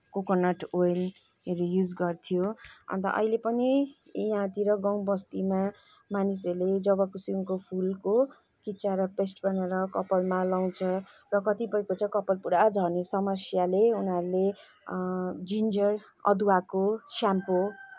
coconut ओयलहरू use गर्थ्यो अन्त अहिले पनि यहाँतिर गाउँबस्तीमा मानिसहरूले जबाकुसुमको फुलको किच्चाएर पेस्ट बनाएर कपालमा लाउँछ र कतिपयको चाहिँ कपाल पुरा झर्ने समस्याले उनीहरूले जिन्जर अदुवाको स्याम्पु